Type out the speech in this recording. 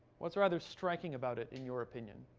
what's rather striking about it in your opinion?